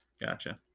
Gotcha